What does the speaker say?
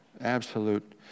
absolute